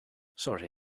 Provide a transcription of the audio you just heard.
sorry